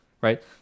right